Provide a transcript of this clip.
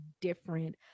different